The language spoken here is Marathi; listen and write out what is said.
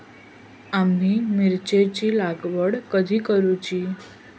आम्ही मिरचेंची लागवड कधी करूची?